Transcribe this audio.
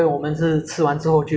我们本来是要吃那个